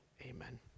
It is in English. amen